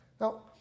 Now